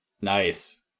nice